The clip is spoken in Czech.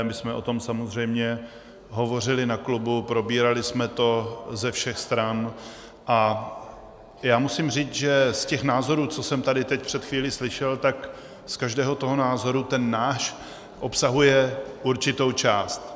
My jsme o tom samozřejmě hovořili na klubu, probírali jsme to ze všech stran a já musím říct, že z těch názorů, co jsem tady teď před chvílí slyšel, z každého toho názoru ten náš obsahuje určitou část.